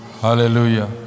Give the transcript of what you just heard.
Hallelujah